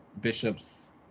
Bishop's